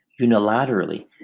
unilaterally